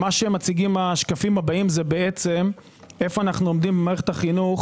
הם מציגים איפה אנו עומדים במערכת החינוך